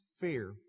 fear